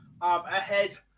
ahead